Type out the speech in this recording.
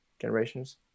generations